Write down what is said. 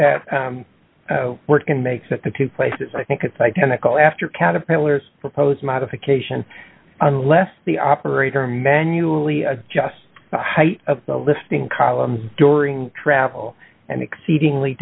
word can make that the two places i think it's identical after caterpillars propose modification unless the operator manually adjust the height of the lifting columns during travel and exceedingly